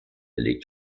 legt